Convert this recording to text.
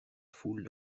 foule